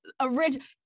original